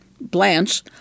Blanche